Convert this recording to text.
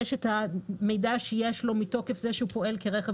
יש את המידע שיש לו מתוקף זה שהוא פועל כרכב